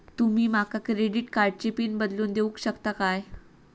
तुमी माका क्रेडिट कार्डची पिन बदलून देऊक शकता काय?